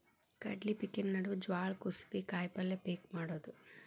ಕಡ್ಲಿ ಪಿಕಿನ ನಡುವ ಜ್ವಾಳಾ, ಕುಸಿಬಿ, ಕಾಯಪಲ್ಯ ಪಿಕ್ ಮಾಡುದ